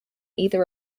either